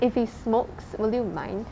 if he smokes will you mind